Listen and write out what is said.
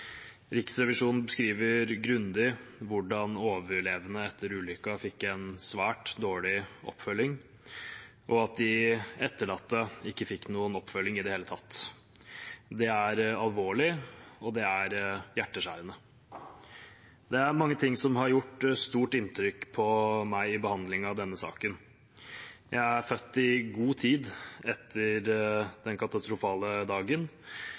Riksrevisjonen beskriver grundig hvordan overlevende etter ulykken fikk en svært dårlig oppfølging, og at de etterlatte ikke fikk noen oppfølging i det hele tatt. Det er alvorlig, og det er hjerteskjærende. Det er mange ting som har gjort stort inntrykk på meg i behandlingen av denne saken. Jeg er født i god tid etter den katastrofale dagen